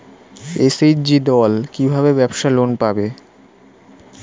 SHG দল কী ভাবে ব্যাবসা লোন পাবে?